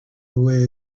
away